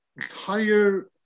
entire